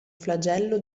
flagello